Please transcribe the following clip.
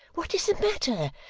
what is the matter?